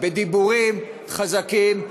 בדיבורים הם חזקים,